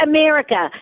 America